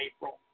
April